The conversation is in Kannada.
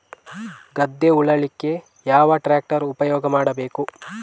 ಗದ್ದೆ ಉಳಲಿಕ್ಕೆ ಯಾವ ಟ್ರ್ಯಾಕ್ಟರ್ ಉಪಯೋಗ ಮಾಡಬೇಕು?